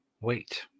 Wait